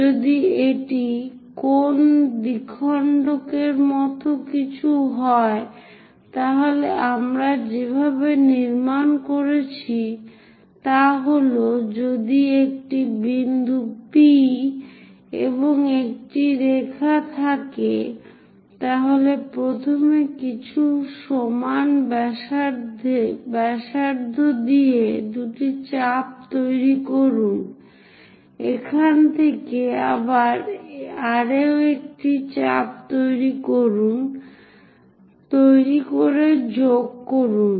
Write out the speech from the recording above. যদি এটি কোণ দ্বিখণ্ডকের মতো কিছু হয় তাহলে আমরা যেভাবে নির্মাণ করেছি তা হল যদি একটি বিন্দু P এবং একটি রেখা থাকে তাহলে প্রথমে কিছু সমান ব্যাসার্ধ দিয়ে দুটি চাপ তৈরি করুন এখান থেকে আবার আরও একটি চাপ তৈরি করে যোগ করুন